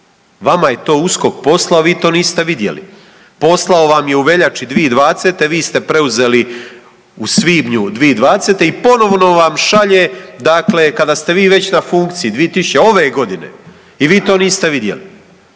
vama je to USKOK poslao vi to niste vidjeli. Poslao vam je u veljači 2020. vi ste preuzeli u svibnju 2020. i ponovno vam šalje dakle kada ste vi već na funkciji dvije tisuće, ove godine i vi to niste vidjeli.